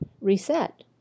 reset